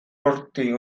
hortik